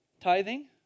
Tithing